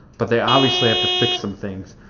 but they obviously have to fix some things.